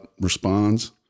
responds